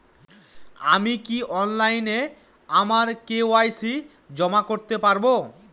আমি কি অনলাইন আমার কে.ওয়াই.সি জমা করতে পারব?